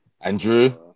Andrew